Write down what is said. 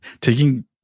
taking